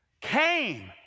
came